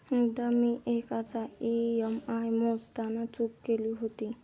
एकदा मी एकाचा ई.एम.आय मोजताना चूक केली होती